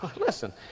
listen